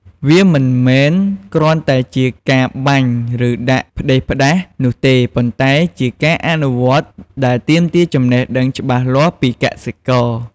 វាមិនមែនគ្រាន់តែជាការបាញ់ ឬដាក់ផ្ដេសផ្ដាសនោះទេ ប៉ុន្តែជាការអនុវត្តដែលទាមទារចំណេះដឹងច្បាស់លាស់ពីកសិករ។